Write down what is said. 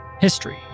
history